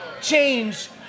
change